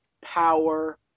power